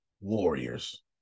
Warriors